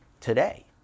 today